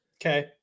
Okay